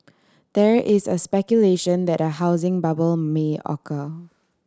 there is a speculation that a housing bubble may occur